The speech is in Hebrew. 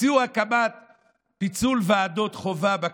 הציעו פיצול ועדות חובה בכנסת: